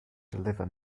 deliver